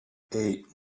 eight